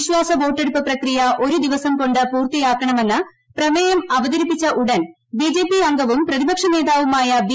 വിശ്വാസവോട്ടെടുപ്പ് പ്രക്രിയ ഒരു ദിവസം കൊണ്ട് പൂർത്തിയാക്കണമെന്ന് പ്രമേയം അവതരിപ്പിച്ച ഉടൻ ബിജെപി അംഗവും പ്രതിപക്ഷ നേതാവുമായ ബി